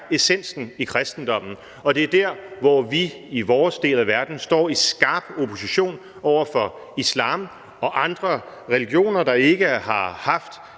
essensen i kristendommen, og det er der, hvor vi i vores del af verden står i skarp opposition over for islam og andre religioner, der ikke har haft